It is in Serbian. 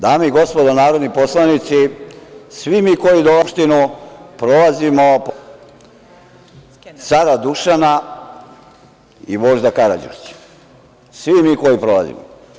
Dame i gospodo narodni poslanici, svi mi koji dolazimo u Skupštinu, prolazimo pored cara Dušana i vožda Karađorđa, svi mi koji prolazimo.